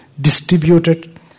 distributed